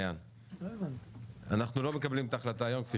אנחנו לא מקבלים את ההחלטה היום כפי